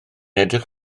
edrych